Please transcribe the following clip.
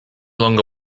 longer